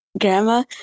grandma